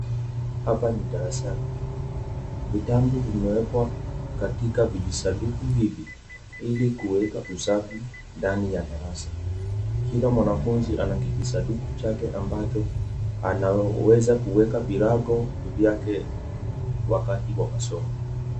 Hapa ni darasani, vitabu vimewekwa katika vijisanduku hivi hili kuweka usafi ndani ya darasa. Kila mwanafunzi ana kijisanduku chake ambacho anaweza kuweka virago vyake wakati wa masoma.